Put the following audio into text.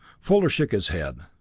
fuller shook his head.